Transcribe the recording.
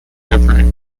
different